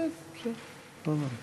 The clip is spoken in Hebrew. אדוני